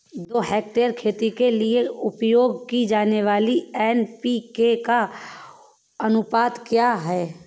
दो हेक्टेयर खेती के लिए उपयोग की जाने वाली एन.पी.के का अनुपात क्या है?